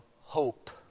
hope